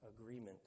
agreement